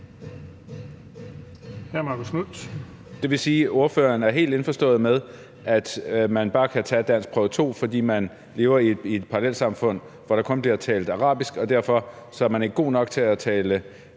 Marcus Knuth (KF): Det vil sige, at ordføreren er helt indforstået med, at man bare kan tage danskprøve 2, fordi man lever i et parallelsamfund, hvor der kun bliver talt arabisk, og derfor ikke er god nok til at tage